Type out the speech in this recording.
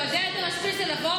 עדיף שלא.